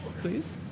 please